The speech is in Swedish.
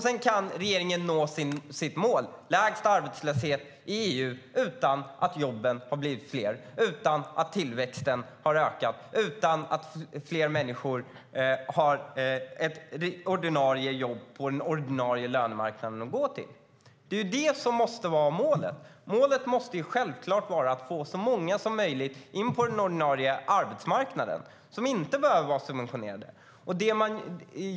Sedan kan regeringen nå sitt mål - lägst arbetslöshet i EU - utan att jobben har blivit fler, utan att tillväxten har ökat, utan att fler människor har ett ordinarie jobb på den reguljära lönemarknaden att gå till. Målet måste självklart vara att få så många som möjligt in på den ordinarie arbetsmarknaden, på tjänster som inte är subventionerade.